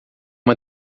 uma